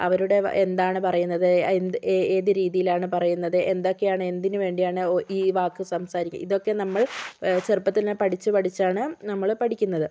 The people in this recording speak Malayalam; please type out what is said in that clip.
അവരുടെ എന്താണ് പറയുന്നത് എന്ത് ഏത് രീതിയിലാണ് പറയുന്നത് എന്തൊക്കെയാണ് എന്തിന് വേണ്ടിയാണ് ഈ വാക്ക് സംസാരിക്കുക ഇതൊക്കെ നമ്മൾ ചെറുപ്പത്തിൽ തന്നെ നമ്മൾ പഠിച്ച് പഠിച്ചാണ് നമ്മള് പഠിക്കുന്നത്